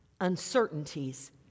Uncertainties